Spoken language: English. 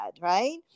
right